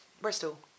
Bristol